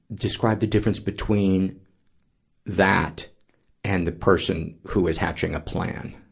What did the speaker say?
describe the difference between that and the person who is hatching a plan,